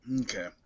Okay